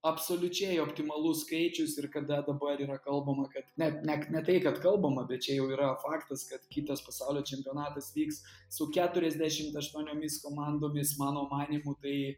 absoliučiai optimalus skaičius ir kada dabar yra kalbama kad net nek ne tai kad kalbama bet čia jau yra faktas kad kitas pasaulio čempionatas vyks su keturiasdešimt aštuoniomis komandomis mano manymu tai